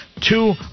two